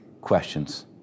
questions